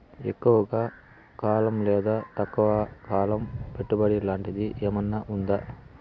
ఎక్కువగా కాలం లేదా తక్కువ కాలం పెట్టుబడి లాంటిది ఏమన్నా ఉందా